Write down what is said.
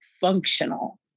functional